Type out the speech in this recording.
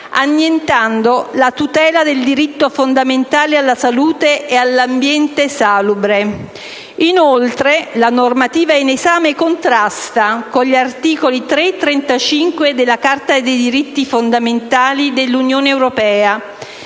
annientando la tutela del diritto fondamentale alla salute e all'ambiente salubre. Inoltre, la normativa in esame contrasta con gli articoli 3 e 35 della Carta dei diritti fondamentali dell'Unione europea,